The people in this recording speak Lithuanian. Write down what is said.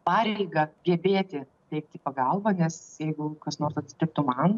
pareigą gebėti teikti pagalbą nes jeigu kas nors atsitiktų man